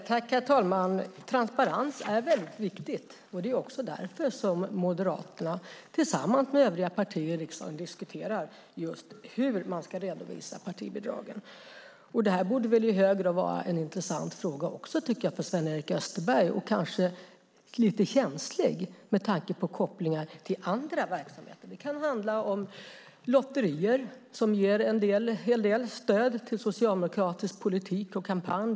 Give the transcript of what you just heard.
Herr talman! Transparens är väldigt viktigt. Det är därför Moderaterna och övriga partier i riksdagen diskuterar hur man ska redovisa partibidragen. Det borde vara en intressant och kanske känslig fråga för Sven-Erik Österberg med tanke på kopplingen till andra verksamheter. Det kan handla om lotterier som ger en hel del stöd till socialdemokratisk politik och kampanj.